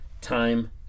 time